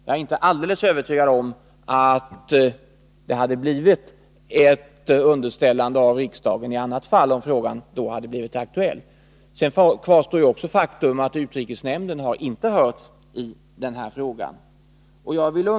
Jag är inte alldeles övertygad om att frågan i annat fall hade underställts riksdagen, om den hade blivit aktuell. Sedan kvarstår ju faktum att utrikesnämnden inte hörts i frågan.